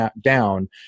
down